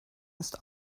ist